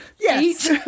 Yes